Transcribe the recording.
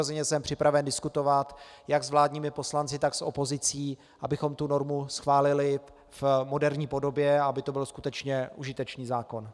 Přirozeně jsem připraven diskutovat jak s vládními poslanci, tak s opozicí, abychom tu normu schválili v moderní podobě a aby to byl skutečně užitečný zákon.